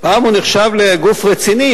פעם הוא נחשב לגוף רציני,